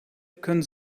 können